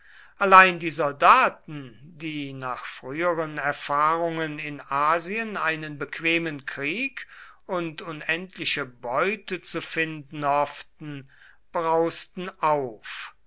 allein die soldaten die nach früheren erfahrungen in asien einen bequemen krieg und unendliche beute zu finden hofften brausten auf